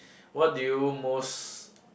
what do you most